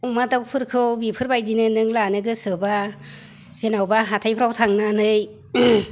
अमा दाउफोरखौ बेफोरबायदिनो नों लानो गोसोबा जेनेबा हाथायफोराव थांनानै